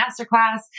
masterclass